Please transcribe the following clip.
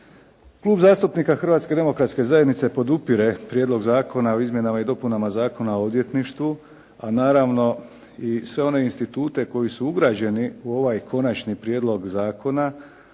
Klub zastupnika Hrvatske demokratske zajednice podupire Prijedlog Zakona o izmjenama i dopunama Zakona o odvjetništvu, a naravno i sve one institute koji su ugrađeni u ovaj konačni prijedlog zakona,